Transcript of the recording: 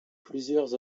plusieurs